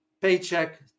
paycheck